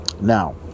Now